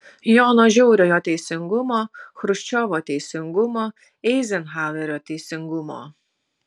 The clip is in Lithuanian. jono žiauriojo teisingumo chruščiovo teisingumo eizenhauerio teisingumo